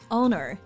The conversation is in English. owner